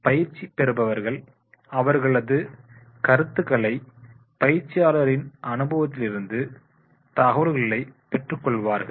பயிற்சி பெறுபவர்கள் அவர்களது கருத்துக்களை பயிற்சியாளரின் அனுபவத்திலிருந்து தகவல்களை பெற்றுக் கொள்வார்கள்